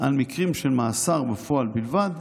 על מקרים של מאסר בפועל בלבד,